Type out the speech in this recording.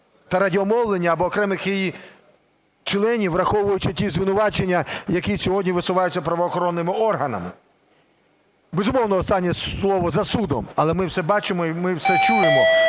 та радіомовлення або окремих її членів, враховуючи ті звинувачення, які сьогодні висуваються правоохоронними органами. Безумовно, останнє слово за судом. Але ми все бачимо і ми все чуємо.